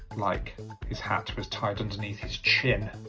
like his hat was tied underneath his chin